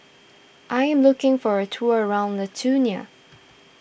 I am looking for a tour around Lithuania